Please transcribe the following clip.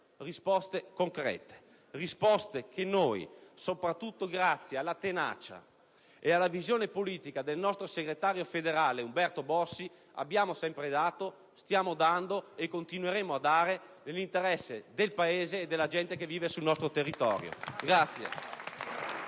risposte concrete, risposte che noi, soprattutto grazie alla tenacia ed alla visione politica del nostro segretario federale Umberto Bossi, abbiamo sempre dato, stiamo dando e continueremo a dare nell'interesse del Paese e della gente che vive sul nostro territorio.